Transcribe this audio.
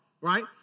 right